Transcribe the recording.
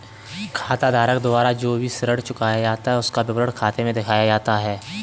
खाताधारक द्वारा जो भी ऋण चुकाया जाता है उसका विवरण खाते में दिखता है